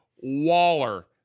Waller